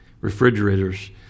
refrigerators